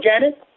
Janet